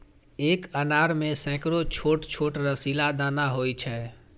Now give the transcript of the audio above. एक अनार मे सैकड़ो छोट छोट रसीला दाना होइ छै